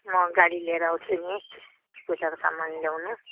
म गाडी लिएर आउँछु नि पूजाको सामान ल्याउनु